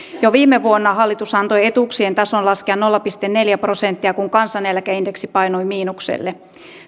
jo viime vuonna hallitus antoi etuuksien tason laskea nolla pilkku neljä prosenttia kun kansaneläkeindeksi painui miinukselle